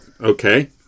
Okay